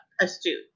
astute